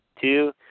Two